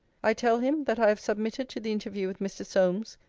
i tell him, that i have submitted to the interview with mr. solmes,